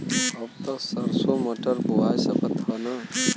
अब त सरसो मटर बोआय सकत ह न?